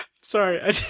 sorry